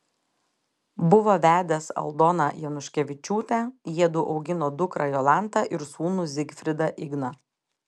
buvo vedęs aldona januškevičiūtę jiedu augino dukrą jolantą ir sūnų zigfridą igną